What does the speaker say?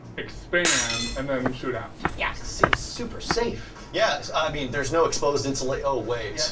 expand, and then shoot out. yeah seems super safe. yeah i mean there's no exposed insula oh wait!